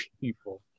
people